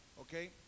okay